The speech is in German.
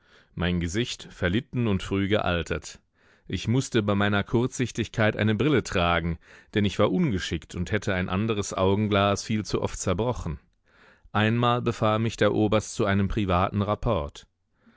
mein gesicht verlitten und früh gealtert ich mußte bei meiner kurzsichtigkeit eine brille tragen denn ich war ungeschickt und hätte ein anderes augenglas viel zu oft zerbrochen einmal befahl mich der oberst zu einem privaten rapport